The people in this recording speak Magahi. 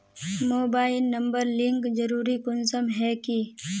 मोबाईल नंबर लिंक जरुरी कुंसम है की?